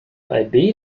bei